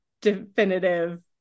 definitive